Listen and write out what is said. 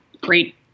great